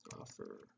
offer